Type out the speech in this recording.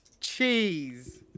Cheese